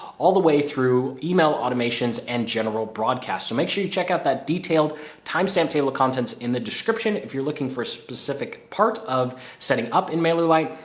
all the way through email automations and general broadcast. so make sure you check out that detailed time stamp table of contents in the description, if you're looking for a specific part of setting up in mailer light,